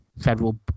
federal